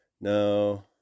No